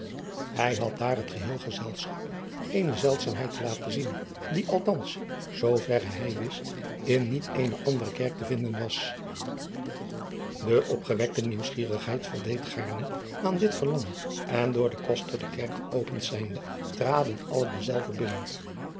ij had daar het geheel gezelschap eene zeldzaamheid driaan oosjes zn et leven van illegonda uisman te laten zien die althans zooverre hij wist in niet eene andere kerk te vinden was e opgewekte nieuwsgierigheid voldeed gaarne aan dit verlangen en door den koster de kerk geopend zijnde traden alle dezelve binnen